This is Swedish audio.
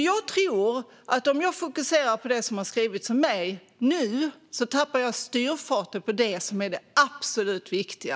Jag tror att om jag fokuserar på det som har skrivits om mig nu tappar jag styrfarten på det som är det absolut viktiga.